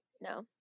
No